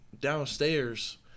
downstairs